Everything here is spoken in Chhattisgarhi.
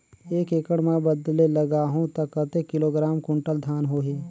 एक एकड़ मां बदले लगाहु ता कतेक किलोग्राम कुंटल धान होही?